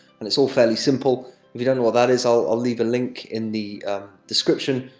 and it's all fairly simple. if you don't know what that is, i'll leave a link in the description,